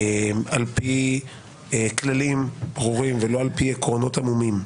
על פי כללים ברורים ולא על פי עקרונות עמומים,